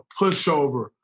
pushover